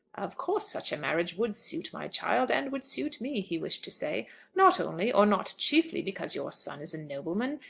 of course such a marriage would suit my child, and would suit me, he wished to say not only, or not chiefly, because your son is a nobleman,